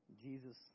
Jesus